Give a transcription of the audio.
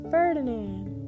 Ferdinand